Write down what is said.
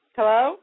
Hello